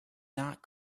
not